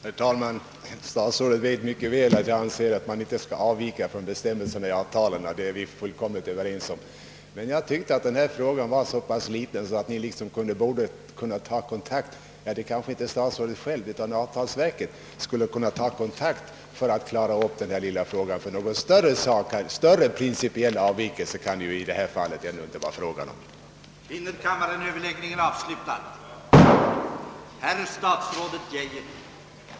Herr talman! Statsrådet vet mycket väl att jag anser att man inte skall avvika från bestämmelserna i avtalen. Detta är vi fullkomligt överens om. Men jag tyckte att denna fråga var så liten att statsrådet själv eller avtalsverket skulle kunna ta kontakt för att klara upp saken. Ty någon större principiell avvikelse kan det i detta fall ändå inte vara fråga om. - Ordet lämnades på begäran till